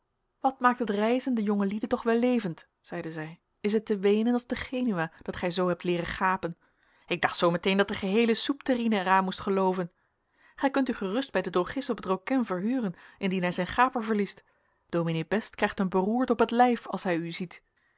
wat maakt het reizen de jonge lieden toch wellevend zeide zij is het te weenen of te genua dat gij zoo hebt leeren gapen ik dacht zoo meteen dat de geheele soepterrine er aan moest gelooven gij kunt u gerust bij den drogist op het rokin verhuren indien hij zijn gaper verliest dominee best krijgt een beroerte op t lijf als hij u ziet